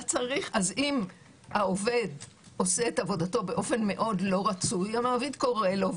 אז אם העובד עושה את עבודתו באופן מאוד לא רצוי המעביד קורא לו,